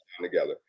together